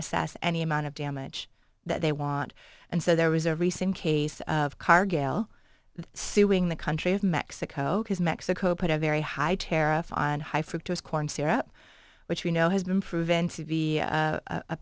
assess any amount of damage that they want and so there was a recent case of cargill suing the country of mexico because mexico put a very high tariff on high fructose corn syrup which you know has been proven to be a